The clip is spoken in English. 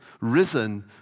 risen